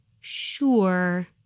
sure